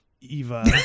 Eva